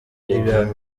ibihano